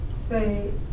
say